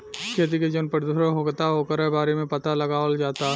खेती से जवन प्रदूषण होखता ओकरो बारे में पाता लगावल जाता